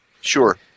sure